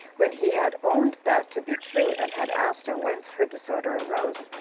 when he had owned that to be true, and had asked her whence her disorder arose,